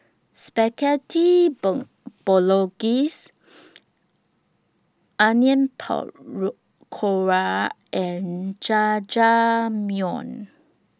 Spaghetti Bolognese Onion Pakora and Jajangmyeon